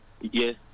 Yes